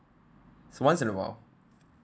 so once in a while